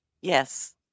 Yes